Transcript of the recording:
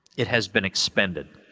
it has been expended.